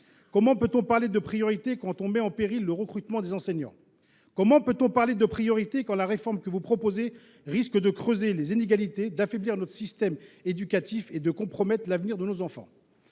Comment peut on parler de priorité quand on met en péril le recrutement des enseignants ? Comment peut on parler de priorité quand on propose une réforme qui risque de creuser les inégalités, d’affaiblir notre système éducatif et de compromettre l’avenir de nos enfants ?